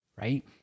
right